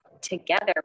Together